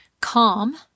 Calm